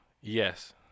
Yes